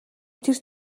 тэр